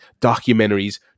documentaries